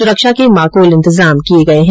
सुरक्षा के माकूल इंतजाम कर लिये गये हैं